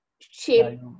shape